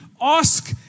ask